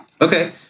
Okay